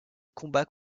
combat